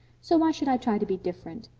so why should i try to be different?